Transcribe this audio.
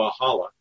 Bahala